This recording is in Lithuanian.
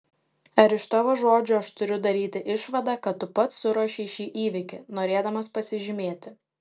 ar iš tavo žodžių aš turiu daryti išvadą kad tu pats suruošei šį įvykį norėdamas pasižymėti